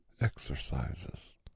exercises